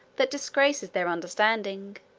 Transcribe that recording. that disgraces their understanding.